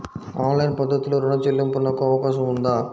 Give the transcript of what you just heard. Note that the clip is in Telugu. ఆన్లైన్ పద్ధతిలో రుణ చెల్లింపునకు అవకాశం ఉందా?